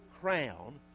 crown